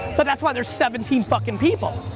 but that's why there's seventeen fuckin' people.